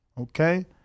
Okay